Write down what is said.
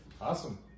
Awesome